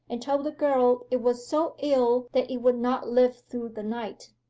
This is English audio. and told the girl it was so ill that it would not live through the night.